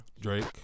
drake